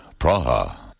Praha